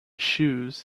shoes